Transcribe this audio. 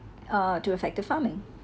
uh to effective farming